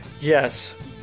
yes